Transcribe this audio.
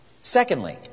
Secondly